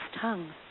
tongue